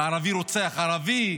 וערבי רוצח ערבי,